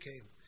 came